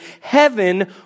Heaven